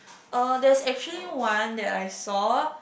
uh there is actually one that I saw